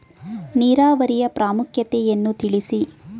ನೀರಾವರಿಯ ಪ್ರಾಮುಖ್ಯತೆ ಯನ್ನು ತಿಳಿಸಿ?